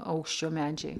aukščio medžiai